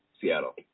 Seattle